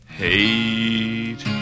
hate